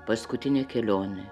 paskutinė kelionė